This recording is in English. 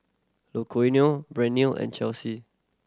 Luciano and Chelsey